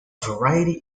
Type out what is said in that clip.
variety